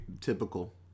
typical